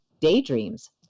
daydreams